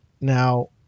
now